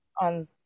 on